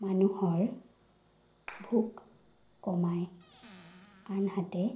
মানুহৰ ভোক কমাই আনহাতে